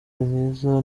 mwiza